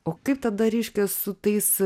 o kaip tada reiškia su tais